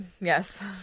Yes